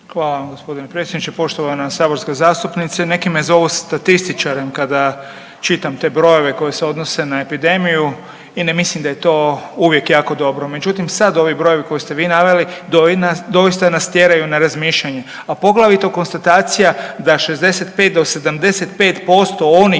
vam gospodine predsjedniče. Poštovana saborska zastupnice neki me zovu statističarem kada čitam te brojeve koji se odnose na epidemiju i ne mislim da je to uvijek jako dobro. Međutim, sad ovi brojevi koje ste vi naveli doista nas tjeraju na razmišljanje, a poglavito konstatacija da 65 do 75% onih